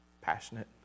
passionate